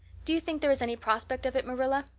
do you think there is any prospect of it, marilla?